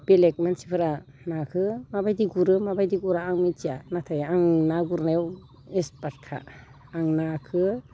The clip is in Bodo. बेलेक मानसिफोरा नाखौ माबायदि गुरो माबायदि गुरा आं मिन्थिया नाथाय आं ना गुरनायाव एक्सपार्टखा आं नाखौ